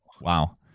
Wow